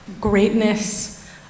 greatness